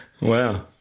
Wow